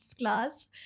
class